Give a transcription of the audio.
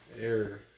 Air